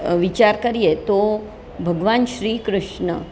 આ વિચાર કરીએ તો ભગવાન શ્રીકૃષ્ણ